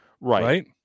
right